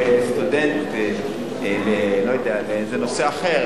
וסטודנט לנושא אחר,